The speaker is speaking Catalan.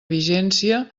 vigència